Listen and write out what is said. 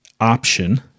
option